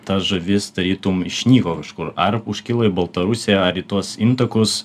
ta žuvis tarytum išnyko kažkur ar užkilo į baltarusiją ar į tuos intakus